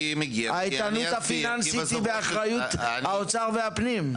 האיתנות הפיננסית היא באחריות האוצר והפנים.